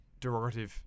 derogative